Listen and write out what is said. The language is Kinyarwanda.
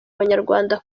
abanyarwanda